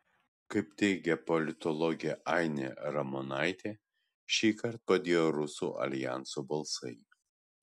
kaip teigia politologė ainė ramonaitė šįkart padėjo rusų aljanso balsai